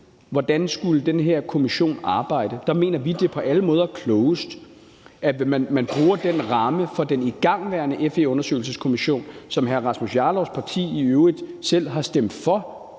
Hvordan skulle den her kommission arbejde? Der mener vi, at det på alle måder er klogest, at man bruger den ramme for den igangværende FE-undersøgelseskommission, som hr. Rasmus Jarlovs parti i øvrigt selv har stemt for